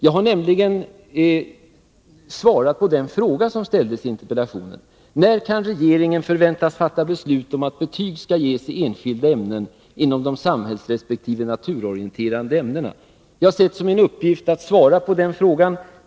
Jag har nämligen svarat på den fråga som ställdes i interpellationen: ”När kan regeringen förväntas fatta beslut om att betyg skall ges i enskilda ämnen inom de samhällsresp. naturorienterande ämnena?” Jag har sett det som min uppgift att svara på den frågan.